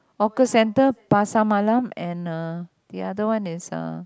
hawker center Pasar-Malam and uh the other one is uh